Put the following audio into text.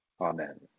Amen